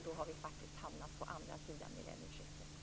Då har vi faktiskt hamnat på andra sidan millennieskiftet.